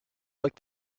like